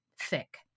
thick